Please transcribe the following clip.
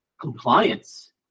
compliance